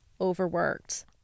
Overworked